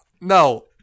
No